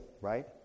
right